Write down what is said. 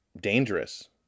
dangerous